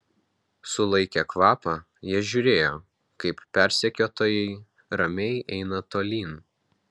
sulaikę kvapą jie žiūrėjo kaip persekiotojai ramiai eina tolyn